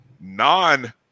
non